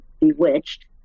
bewitched